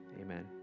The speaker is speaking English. Amen